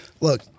Look